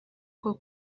bwo